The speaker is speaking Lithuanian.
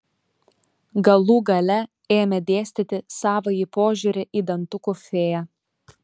galų gale ėmė dėstyti savąjį požiūrį į dantukų fėją